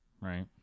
Right